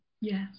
Yes